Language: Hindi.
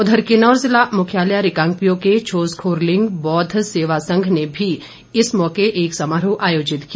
उधर किन्नौर जिला मुख्यालय रिकांगपिओ के छोसखोरलिंग बौद्ध सेवा संघ ने भी इस मौके एक समारोह आयोजित किया